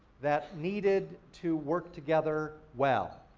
that needed to work together well.